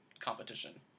competition